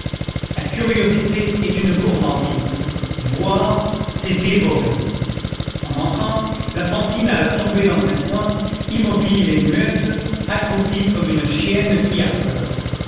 la curiosité est une gourmandise voir c'est dévorer en entrant la fantine alla tomber dans un coin immobile et muette accroupie comme une chienne qui a peur